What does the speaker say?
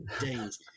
days